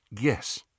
yes